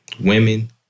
women